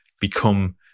become